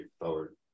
forward